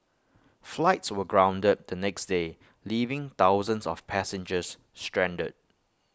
flights were grounded the next day leaving thousands of passengers stranded